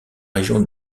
région